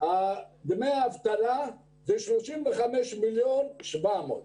דמי האבטלה זה 35 מיליון שבע מאות